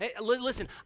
listen